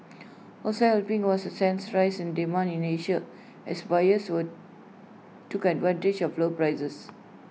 also helping was A sense rise in demand in Asia as buyers were took advantage of low prices